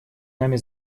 нами